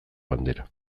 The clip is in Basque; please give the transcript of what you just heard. bandera